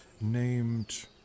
named